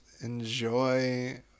enjoy